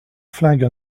flingue